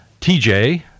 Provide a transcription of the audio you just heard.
TJ